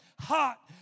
hot